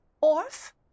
orf